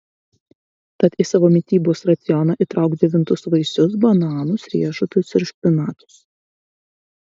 tad į savo mitybos racioną įtrauk džiovintus vaisius bananus riešutus ir špinatus